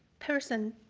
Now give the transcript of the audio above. person,